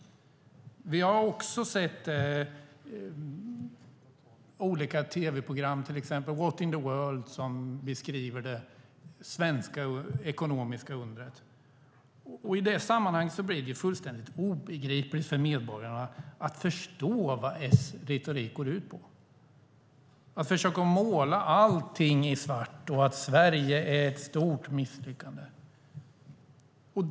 Vi har också sett olika tv-program, till exempel What in the World? , som beskriver det svenska ekonomiska undret. I det sammanhanget blir det fullkomligt obegripligt för medborgarna att förstå vad Socialdemokraternas retorik går ut på när de målar allt i svart och menar att Sverige är ett stort misslyckande.